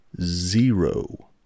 zero